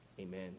amen